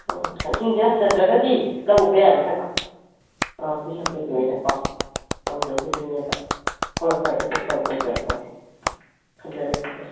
ꯑꯥ ꯏꯁꯤꯡꯁꯦ ꯍꯟꯊꯗ꯭ꯔꯒꯗꯤ ꯂꯧ ꯎꯕ ꯌꯥꯔꯔꯣꯏꯕ ꯑꯥ ꯕꯤꯁꯦꯝꯄꯨꯔꯒꯤ ꯑꯣꯏꯅꯀꯣ ꯍꯦꯟꯗꯣꯛꯈꯤꯗꯣꯏꯅꯦꯕ ꯍꯣꯏ ꯍꯣꯏ ꯑꯗꯨꯒꯤ ꯀꯣꯜ ꯇꯧꯖꯔꯛꯄꯅꯦ ꯊꯝꯖꯔꯦ ꯊꯝꯖꯔꯦ